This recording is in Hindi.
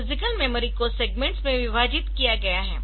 तो फिजिकल मेमोरी को सेग्मेंट्स में विभाजित किया गया है